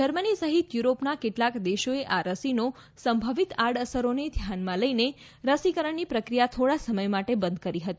Germany સહિત યુરોપનાં કેટલાંક દેશોએ આ રસીનો સંભવિત આડઅસરોને ધ્યાનમાં લઈને રસીકરણનો પ્રક્રિયા થોડા સમય માટે બંધ કરી હતી